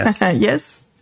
Yes